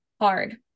hard